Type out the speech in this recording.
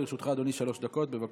לרשותך, אדוני, שלוש דקות, בבקשה.